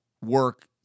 work